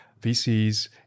VCs